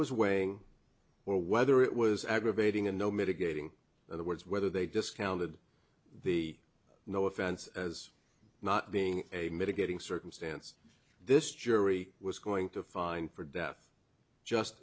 was weighing or whether it was aggravating and no mitigating the words whether they discounted the no offense as not being a mitigating circumstance this jury was going to find for death just